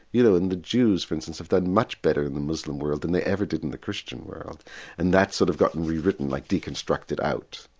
you know the jews for instance have done much better in the muslim world than they ever did in the christian world and that's sort of got and rewritten, like deconstructed out.